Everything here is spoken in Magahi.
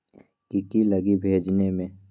की की लगी भेजने में?